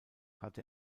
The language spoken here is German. hatte